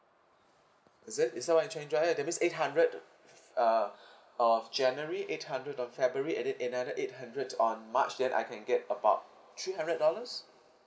is it you see what I'm driving to at that means eight hundred of uh of january eight hundred on february and then another eight hundred on march then I can get about three hundred dollars